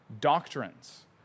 doctrines